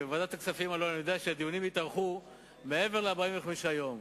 אני יודע שבוועדת הכספים הדיונים יתארכו מעבר ל-45 יום.